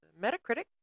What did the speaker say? Metacritic